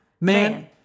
Man